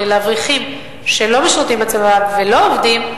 לאברכים שלא משרתים בצבא ולא עובדים,